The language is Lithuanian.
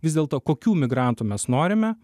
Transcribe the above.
vis dėlto kokių migrantų mes norime